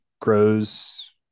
grows